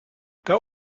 der